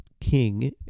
king